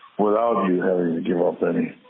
without and you you having to give up any